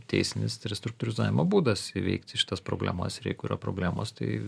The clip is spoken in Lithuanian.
teisinis restruktūrizavimo būdas įveikti šitas problemas ir jeigu yra problemos tai